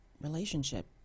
relationship